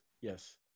Yes